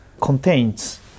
contains